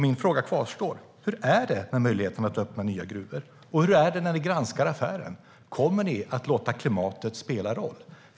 Min fråga kvarstår: Hur är det med möjligheten att öppna nya gruvor, och hur är det när ni granskar affären - kommer ni att låta klimatet spela en roll?